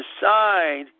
decide